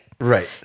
Right